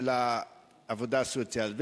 של העבודה הסוציאלית.